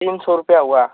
तीन सौ रुपये हुआ